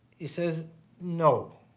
he says no.